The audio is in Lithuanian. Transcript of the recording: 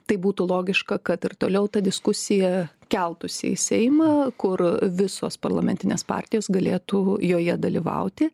tai būtų logiška kad ir toliau ta diskusija keltųsi į seimą kur visos parlamentinės partijos galėtų joje dalyvauti